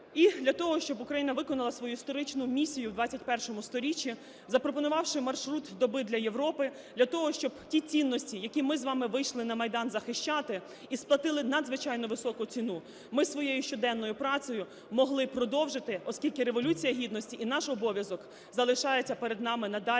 і для того, щоб Україна виконала свою історичну місію в ХХІ сторіччі запропонувавши маршрут доби для Європи, для того, щоб ті цінності, які ми з вами вийшли на Майдан захищати і сплатили надзвичайно високу ціну, ми своєю щоденною працею могли продовжити, оскільки Революція Гідності і наш обов'язок залишаються перед нами надалі